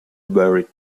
very